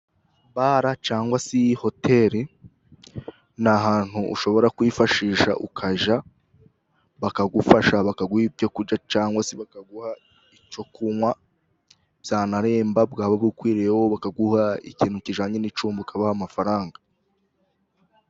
Bara cyangwa se Hotel , ni ahantu ushobora kwifashisha ukajya, bakagufasha bakaguha ibyo kurya cyangwa se bakaguha icyo kunywa , zanaremba bwaba bukwiriyeho bakaguha ikintu kijyanye n'icumbi ukabaha amafaranga.